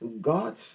God